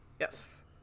Yes